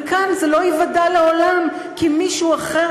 וכאן זה לא ייוודע לעולם כי מישהו אחר